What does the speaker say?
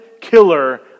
killer